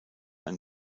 ein